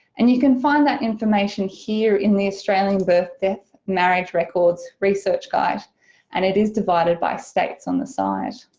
and you can find that information here in the australian births, deaths, marriages records research guide and it is divided by states on the side.